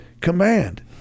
command